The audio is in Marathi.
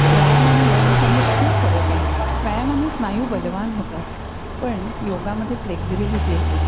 व्यायाम आणि योग ह्याच्यामध्ये खूप फरक आहे व्यायामाने स्नायू बलवान होतात पण योगामध्ये फ्लेक्झिबिलिटी येते